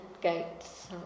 gates